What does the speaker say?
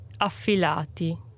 affilati